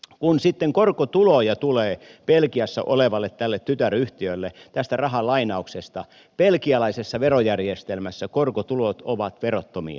kun sitten korkotuloja tulee tälle belgiassa olevalle tytäryhtiölle tästä rahanlainauksesta belgialaisessa verojärjestelmässä korkotulot ovat verottomia